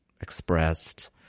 expressed